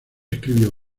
escribió